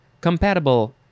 Compatible